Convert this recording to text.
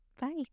Bye